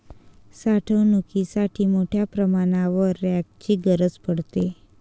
साठवणुकीसाठी मोठ्या प्रमाणावर रॅकची गरज पडते